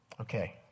Okay